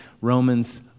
Romans